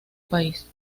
país